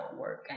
work